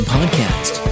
Podcast